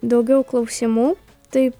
daugiau klausimų tai